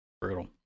Brutal